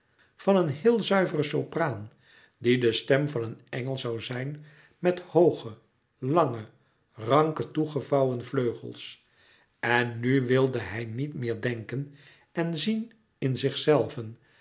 van een heel zuivere sopraan die de stem van een engel zoû zijn met hooge lange ranke toegevouwen vleugels en nu wilde hij niet meer denken en zien in zichzelven